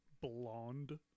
blonde